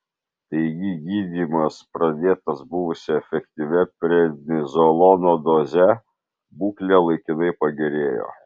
taigi gydymas pradėtas buvusia efektyvia prednizolono doze būklė laikinai pagerėjo